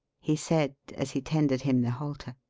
he said, as he tendered him the halter.